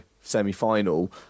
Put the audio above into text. semi-final